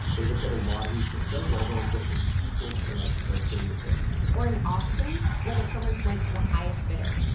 they looked at a lottery system where everyone gets an equal chance of getting the fish or an auction where the permits went to the highest bidder.